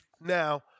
Now